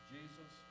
Jesus